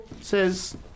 says